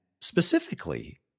specifically